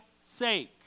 sake